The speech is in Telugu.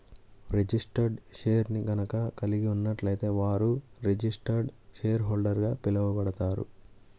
రిజిస్టర్డ్ షేర్ని గనక కలిగి ఉన్నట్లయితే వారు రిజిస్టర్డ్ షేర్హోల్డర్గా పిలవబడతారు